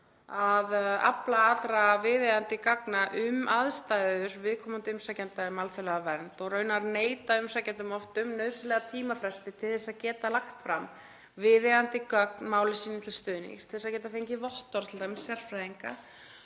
að afla allra viðeigandi gagna um aðstæður viðkomandi umsækjanda um alþjóðlega vernd og neitar raunar umsækjendum oft um nauðsynlega tímafresti til að geta lagt fram viðeigandi gögn máli sínu til stuðnings til þess að geta fengið vottorð sérfræðinga